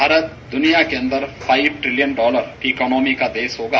भारत दोनया के अंदर पांच ट्रिलियन डॉलर की इकॉनोमी का देश होगा